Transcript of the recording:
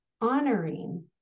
honoring